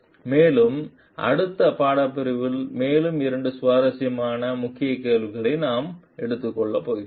மேலும் அடுத்த பாடப்பிரிவில் மேலும் இரண்டு சுவாரஸ்யமான முக்கிய கேள்விகளை நாம் எடுத்துக் கொள்ளப் போகிறோம்